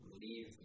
leave